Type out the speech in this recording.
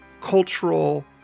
cultural